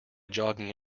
jogging